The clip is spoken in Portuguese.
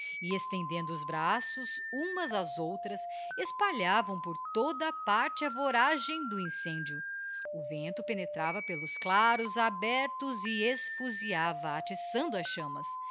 estendendo os braços umas ás outras espalhavam por toda a parte a voragem do incêndio o vento penetrava pelos claros abertos e esfusiava atiçando as chammas